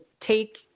take